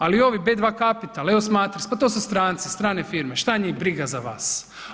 Ali ovi, B2 Kapital, EOS Matrix, pa to su stranci, strane firme, što njih briga za vas.